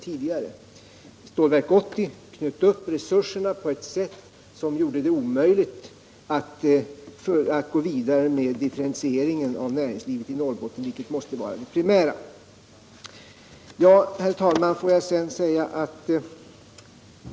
Stålverk 80 knöt upp resurserna på ett sätt som gjorde det omöjligt att gå vidare med differentieringen av näringslivet i Norrbotten, vilket måste vara det primära.